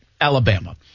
Alabama